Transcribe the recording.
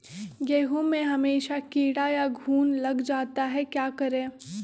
गेंहू में हमेसा कीड़ा या घुन लग जाता है क्या करें?